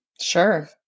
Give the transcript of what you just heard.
Sure